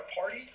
party